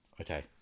Okay